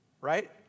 Right